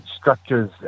structures